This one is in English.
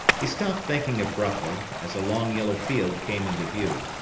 he stopped thinking abruptly as a long yellow field came into view.